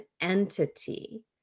entity